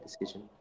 decision